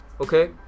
Okay